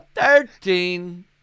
Thirteen